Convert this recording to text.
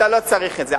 אתה לא צריך את זה,